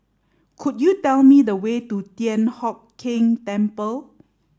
could you tell me the way to Thian Hock Keng Temple